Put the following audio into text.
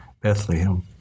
Bethlehem